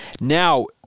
Now